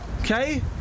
Okay